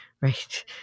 right